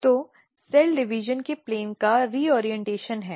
तो cell division के plane का रिओरियंटेशन है